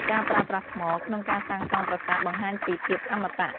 ការប្រើប្រាស់ថ្ម ក្នុងការសាងសង់ប្រាសាទបង្ហាញពីភាពអមតៈ។